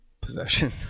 possession